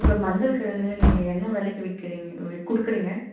இப்போ மஞ்சள் கிழங்கு நீங்கள் என்ன விலைக்கு விற்கிறீங்க வி கொடுக்குறீங்க